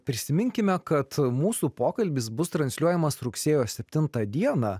prisiminkime kad mūsų pokalbis bus transliuojamas rugsėjo septintą dieną